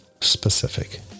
specific